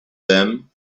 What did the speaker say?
them